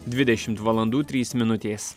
dvidešimt valandų trys minutės